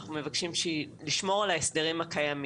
אנחנו מבקשים לשמור על ההסדרים הקיימים.